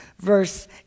Verse